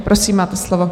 Prosím, máte slovo.